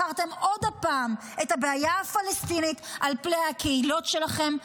בחרתם עוד פעם את הבעיה הפלסטינית על פני הקהילות שלכם,